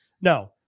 no